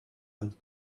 out